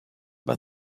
but